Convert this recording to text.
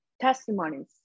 testimonies